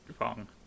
wrong